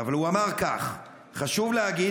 אבל הוא אמר כך: חשוב להגיד,